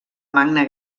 magna